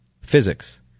physics